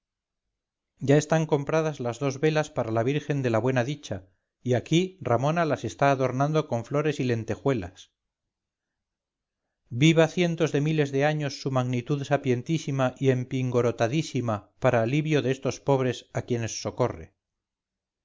ya están compradas las dos velas para la virgen de la buena dicha y aquí ramona las está adornando con flores y lentejuelas viva cientos de miles de años su magnitud sapientísima y empingorotadísima para alivio de estos pobres a quienes socorre